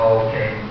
okay